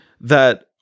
that-